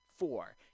Four